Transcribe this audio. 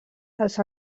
els